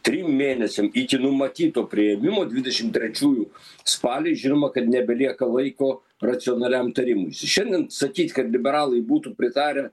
trim mėnesiam iki numatyto priėmimo dvidešim trečiųjų spalį žinoma kad nebelieka laiko racionaliam tarimuisi šiandien sakyt kad liberalai būtų pritarę